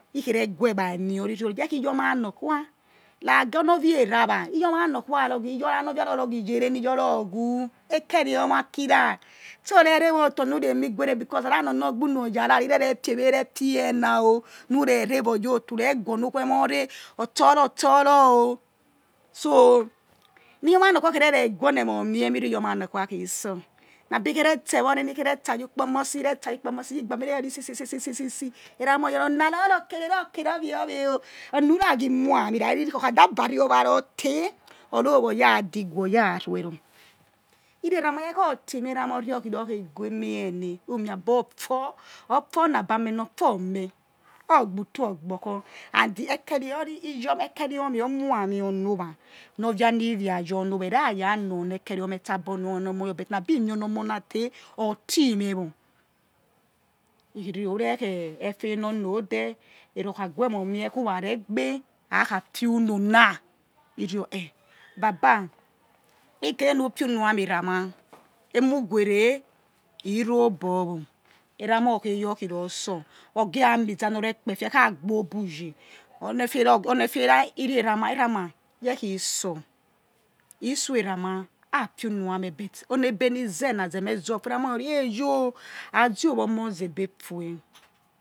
Ikhere gue̱ egcbai meio ri̱ ye khe yomai nokhua ragi onor vie erawa iyomai nokhua rugi yor oya nor viaro riro girere ni yor ra or ghu ekherio ma ki ra tso re re̱ wọ yotor nu re̱ emi guere because ha̱ ra̱ nu ewo ogbor uno or yara ri re rw fi ewe fie nas o nu re re owor yor o̱tor ure gue onu khuemor re̱ re̱ otsoro otsor o̱ so ni yomanor kha re gue or ne wor mieme he yi yor ma norkha he̱ tsor abikhere tse wore̱ ni khe re tsa you kpo omosi iretsa yo kpomosi iyigboma ere yori si̱ si̱ si̱ si̱ eramah or yor rikhe̱ ona ruke̱ re̱ or ke re o̱ whewe o̱ ona rura ghe whom ami o̱ ra ri ri okhada va re owa ro te̱ or ro owa or ya diguwa oya re ro̱r iri eramal ye kho ti meh whor eramah or your or khe ghu̱emie neh who mi̱ aborfor or for na be ameh nor for or meh or gbuto or gborkho̱ and ekeriori̱ iyor vi ekheriomeh or who̱ ami or no̱ va or via ni via your or no̱ va e̱h ra ra noi orni ekheriomeh tsa abi emo or ni omoh your abi mi or ni omoh na te̱ or ti me or ikerio who̱ re efe nor no de erah okha fi uno̱ na ne ri̱ or khe baba he̱ kere nu fi uno ya meh iramah he̱ mu gu ere he̱ ro bor yor wor iramah or khe your khi rotsor ogeramiza nor re kpefie̱ kha gbor obuye̱ one̱ fera̱ one̱ fera̱ iri or eramah ye̱ khi tsor itsor eramah kha fi uno̱ ya̱ meh but e̱nebe ni ze̱ na̱ ze̱ meh zor fue̱ eramah or yor e̱yeo̱ azi owa omoh zebe fuweh.